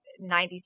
90s